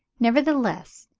nevertheless,